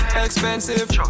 Expensive